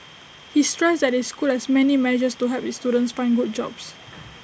he stressed that his school has many measures to help its students find good jobs